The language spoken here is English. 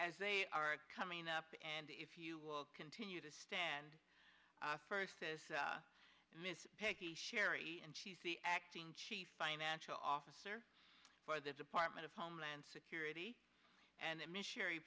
as they are coming up and if you will continue to stand first as mrs pixy sherry and she is the acting chief financial officer for the department of homeland security and missionary